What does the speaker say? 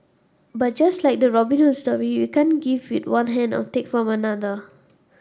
but just like the Robin Hood story you can't give with one hand and take from another